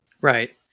right